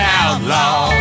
outlaw